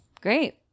Great